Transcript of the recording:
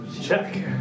Check